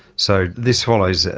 so this follows,